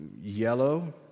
yellow